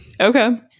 Okay